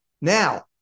Now